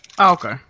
Okay